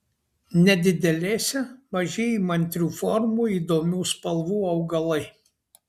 nedidelėse maži įmantrių formų įdomių spalvų augalai